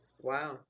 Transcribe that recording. Wow